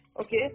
Okay